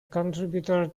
contributor